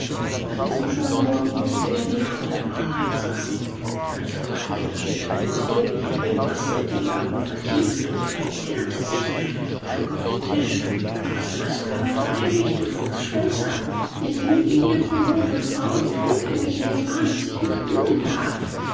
an diesem schönen morgen mußte er die volle wahrheit sagen der alte pfadfinder schnitt eine greuliche grimasse die narbe vertiefte und verzerrte sich er schlug auf den tisch warum hast du das so lange verheimlicht du fuchsschwänzer ich liege hier kommod und faul und räkele mich in dem wahn daß ich mich ruhen darf